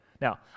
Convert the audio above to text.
Now